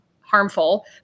harmful